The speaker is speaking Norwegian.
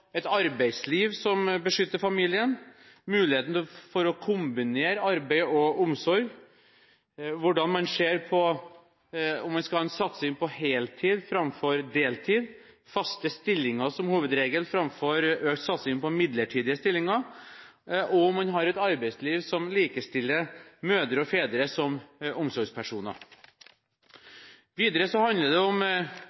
et arbeidsliv som beskytter familien, muligheten for å kombinere arbeid og omsorg, hvordan man ser på om man skal ha en satsing på heltid framfor deltid, faste stillinger som hovedregel framfor økt satsing på midlertidige stillinger, og om man har et arbeidsliv som likestiller mødre og fedre som omsorgspersoner.